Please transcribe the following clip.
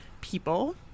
people